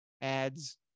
ads